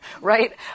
right